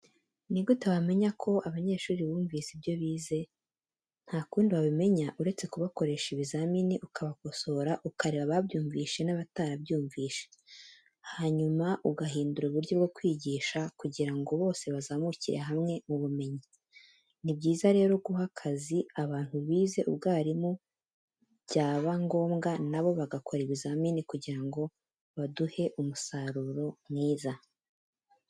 Ni gute wamenya ko abanyeshuri bumvise ibyo bize? Ntakundi wabimenya uretse kubakoresha ibizamini, ukabakosora ukareba ababyumvishe n'abatarabyumvishe, hanyuma ugahindura uburyo bwo kwigisha kugira ngo bose bazamukire hawe mu bumenyi. Ni byiza rero guha akazi abantu bize ubwarimu byaba ngombwa na bo bagakora ibizamini kugira ngo baduhe umusaruro mwiza.